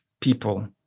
people